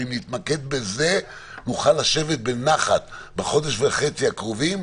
ואם נתמקד בזה נוכל לשבת בנחת בחודש וחצי הקרובים,